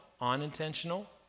unintentional